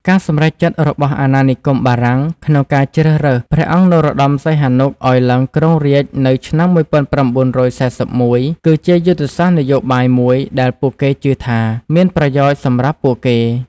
ការសម្រេចចិត្តរបស់អាណានិគមបារាំងក្នុងការជ្រើសរើស ព្រះអង្គនរោត្ដម សីហនុ ឱ្យឡើងគ្រងរាជ្យនៅឆ្នាំ១៩៤១ គឺជាយុទ្ធសាស្ត្រនយោបាយមួយដែលពួកគេជឿថាមានប្រយោជន៍សម្រាប់ពួកគេ។